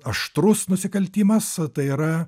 aštrus nusikaltimas tai yra